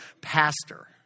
pastor